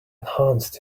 enchanted